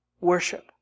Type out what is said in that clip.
worship